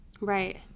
Right